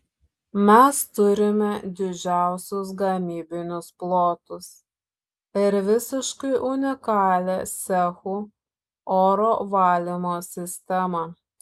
mes turime didžiausius gamybinius plotus ir visiškai unikalią cechų oro valymo sistemą